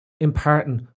imparting